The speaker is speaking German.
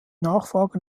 nachfrage